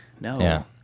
No